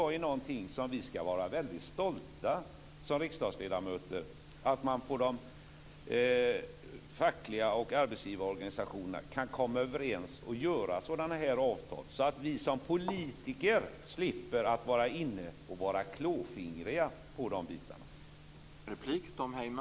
Det är något som riksdagsledamöter skall vara stolta över, dvs. att de fackliga organisationerna och arbetsgivarorganisationerna kan komma överens om sådana avtal. Då slipper vi politiker vara klåfingriga i de delarna.